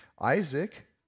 Isaac